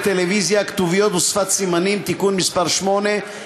טלוויזיה (כתוביות ושפת סימנים) (תיקון מס' 8),